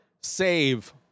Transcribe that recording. save